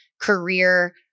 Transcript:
career